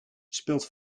speelt